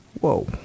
Whoa